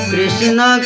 Krishna